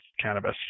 cannabis